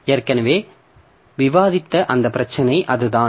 ஏற்கனவே விவாதித்த அந்த பிரச்சினை அதுதான்